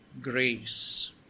grace